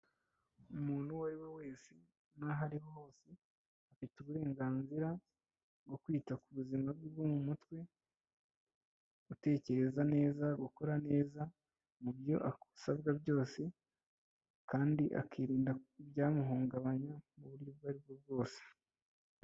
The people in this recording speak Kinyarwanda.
Umuntu uwo ari we wese n'aho ariho hose, afite uburenganzira bwo kwita ku buzima bwe bwo mu mutwe, gutekereza neza, gukora neza mu byo asabwa byose, kandi akirinda ibyamuhungabanya mu buryo ubwo ari bwo bwose.